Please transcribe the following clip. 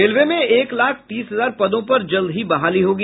railway में एक लाख तीस हजार पदों पर जल्द ही बहाली होगी